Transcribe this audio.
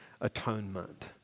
atonement